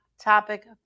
topic